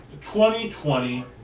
2020